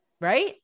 right